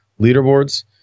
leaderboards